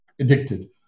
addicted